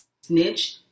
snitch